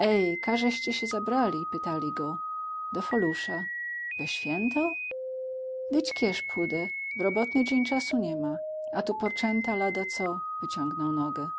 mówić e każ eście się zabrali pytali go do folusza we święto dyć kież pódę w robotny dzień czasu nima a tu portczęta ladaco wyciągnął nogę